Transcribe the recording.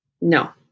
No